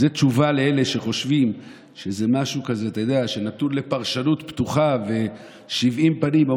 זו תשובה לאלה שחושבים שזה משהו שנתון לפרשנות פתוחה ושבעים פנים.